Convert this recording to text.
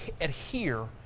adhere